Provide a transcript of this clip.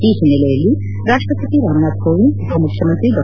ಈ ಹಿನ್ನೆಲೆಯಲ್ಲಿ ರಾಷ್ಟಪತಿ ರಾಮನಾಥ್ ಕೋಎಂದ್ ಉಪ ಮುಖ್ಯಮಂತ್ರಿ ಡಾ